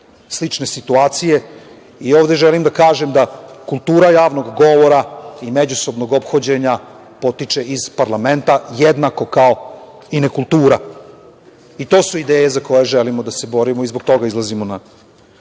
slične situacije i ovde želim da kažem da kultura javnog govora i međusobnog ophođenja potiče iz parlamenta jednako kao i nekultura. I to su ideje za koje želimo da se borimo i zbog toga izlazimo na